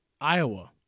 Iowa